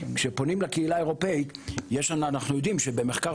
כשפונים לקהילה האירופית אנחנו יודעים שבמחקר